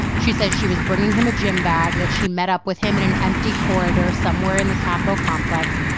she says she was bringing him a gym bag, that she met up with him in an empty corridor somewhere in the capitol complex,